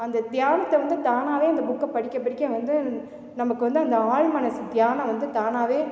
அந்த தியானத்தை வந்து தானாகவே அந்த புக்கை படிக்க படிக்க வந்து நமக்கு வந்து அந்த ஆழ்மனசு தியானம் வந்து தானாகவே